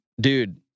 dude